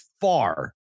far